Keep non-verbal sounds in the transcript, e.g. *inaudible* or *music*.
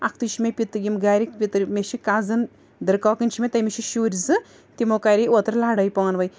اَکھتُے چھِ مےٚ *unintelligible* یِم گَرِکۍ پِتِرۍ مےٚ چھِ کَزٕن دٕرکاکَنۍ چھِ مےٚ تٔمِس چھِ شُرۍ زٕ تِمو کَرے اوترٕ لَڑٲے پانہٕ ؤنۍ